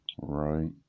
Right